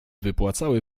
wypłacały